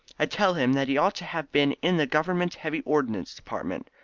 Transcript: i tell him that he ought to have been in the government heavy ordnance department.